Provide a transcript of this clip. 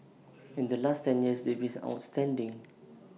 in the last ten years they've been outstanding